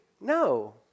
no